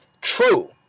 True